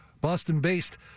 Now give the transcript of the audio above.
Boston-based